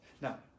Now